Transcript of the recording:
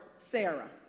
sarah